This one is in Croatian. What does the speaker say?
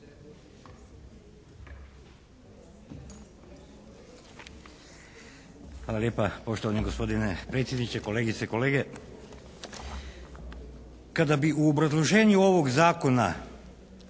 Hvala lijepa poštovani gospodine predsjedniče, kolegice i kolege. Kada bi u obrazloženju ovog zakona